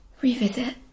revisit